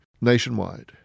nationwide